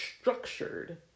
structured